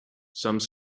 some